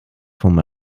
vom